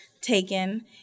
taken